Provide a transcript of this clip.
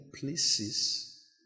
places